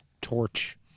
torch